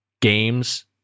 Games